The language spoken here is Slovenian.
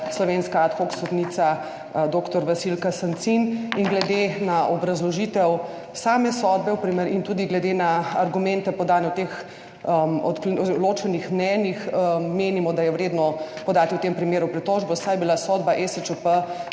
slovenska ad hoc sodnica dr. Vasilka Sancin. Glede na obrazložitev same sodbe in tudi glede na argumente, podane v teh ločenih mnenjih, menimo, da je vredno podati v tem primeru pritožbo, saj je bila sodba ESČP